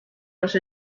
was